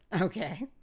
Okay